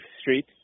Street